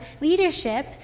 leadership